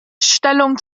stellung